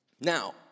Now